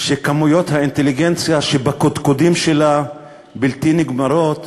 שכמויות האינטליגנציה שבקודקודים שלו בלתי נגמרות,